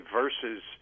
versus